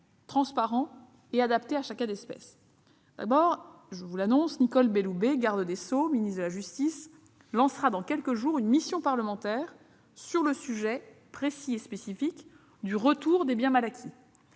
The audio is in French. transparent et adapté à chaque cas d'espèce ? D'abord, Nicole Belloubet, garde des sceaux, ministre de la justice, lancera dans quelques jours une mission parlementaire sur le sujet précis, spécifique, du retour des biens mal acquis.